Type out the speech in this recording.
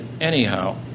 anyhow